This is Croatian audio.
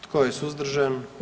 Tko je suzdržan?